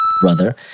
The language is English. brother